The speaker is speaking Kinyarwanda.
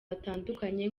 hatandukanye